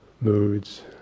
moods